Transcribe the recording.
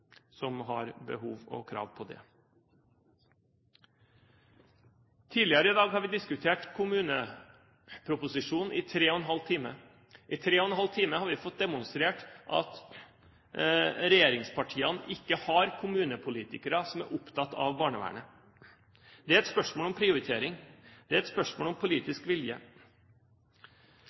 også har tilsynsførere? Tidligere i dag har vi diskutert kommuneproposisjonen i tre og en halv time. I tre og en halv time har vi fått demonstrert at regjeringspartiene ikke har kommunepolitikere som er opptatt av barnevernet. Det er et spørsmål om prioritering. Det er et spørsmål om politisk vilje.